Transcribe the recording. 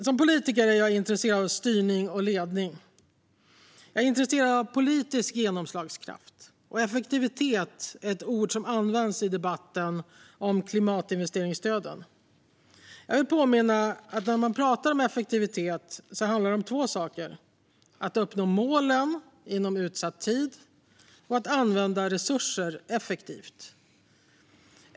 Som politiker är jag intresserad av styrning och ledning. Jag är intresserad av politisk genomslagskraft. Effektivitet är ett ord som används i debatten om klimatinvesteringsstöden. Jag vill påminna om att när man pratar om effektivitet handlar det om två saker: att uppnå målen inom utsatt tid och att använda resurser effektivt.